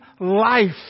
life